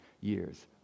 years